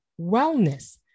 wellness